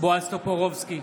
בועז טופורובסקי,